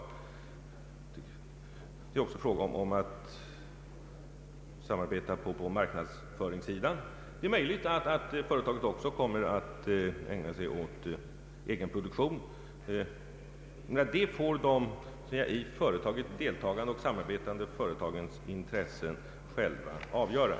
Det är också fråga om att samarbeta på marknadsföringssidan. Det är möjligt att företaget även kommer att ägna sig åt egen produktion. Allt detta får emellertid de i företaget deltagande och samarbetande intressenterna själva avgöra.